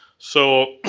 so,